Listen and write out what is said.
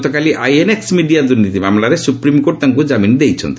ଗତକାଲି INX media ଦୁର୍ନୀତି ମାମଲାରେ ସୁପ୍ରିମ୍କୋର୍ଟ ତାଙ୍କୁ ଜାମିନ୍ ଦେଇଛନ୍ତି